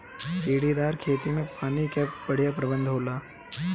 सीढ़ीदार खेती में पानी कअ बढ़िया प्रबंध होला